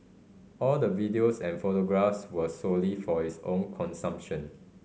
all the videos and photographs were solely for his own consumption